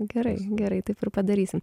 gerai gerai taip ir padarysim